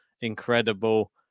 incredible